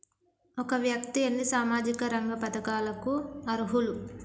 ఒక వ్యక్తి ఎన్ని సామాజిక రంగ పథకాలకు అర్హులు?